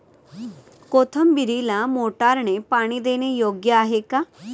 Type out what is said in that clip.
कोथिंबीरीला मोटारने पाणी देणे योग्य आहे का?